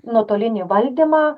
nuotolinį valdymą